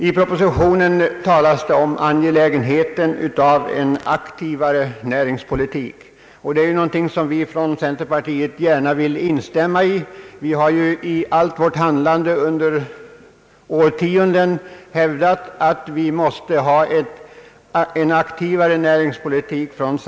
I propositionen talas det om angelägenheten av en aktivare näringspolitik, och det är någonting som vi från centerpartiet gärna vill instämma i. I allt vårt handlande under årtionden har vi hävdat att samhället måste föra en aktivare näringspolitik.